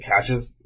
catches